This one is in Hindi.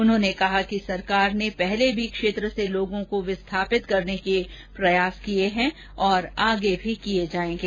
उन्होंने कहा कि सरकार ने पहले भी क्षेत्र से लोगों को विस्थापित करने के प्रयास किये है और आगे भी किये जाएंगे